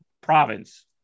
province